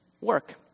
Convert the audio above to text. Work